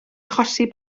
achosi